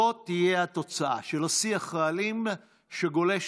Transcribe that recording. זו תהיה התוצאה של השיח האלים שגולש